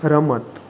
રમત